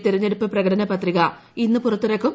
യുടെ തെരഞ്ഞെടുപ്പ് പ്രകടനപത്രിക ഇന്ന് ന് പുറത്തിറക്കും